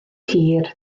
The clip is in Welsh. hir